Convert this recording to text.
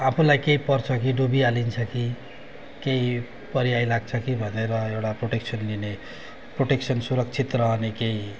आफूलाई केही पर्छ कि डुबी हालिन्छ कि केही परि आइलाग्छ कि भनेर एउटा प्रोटेक्सन लिने प्रोटेक्सन सुरक्षित रहने केही